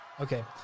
Okay